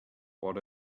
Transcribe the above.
what